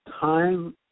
time